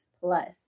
plus